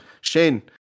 Shane